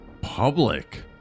public